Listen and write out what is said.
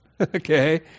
Okay